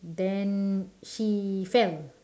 then she fell